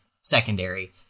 secondary